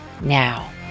now